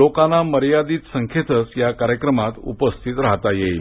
लोकांना मर्यादित संख्येतच या कार्यक्रमात उपस्थित राहता येईल